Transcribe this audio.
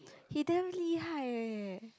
he damn 厉害 eh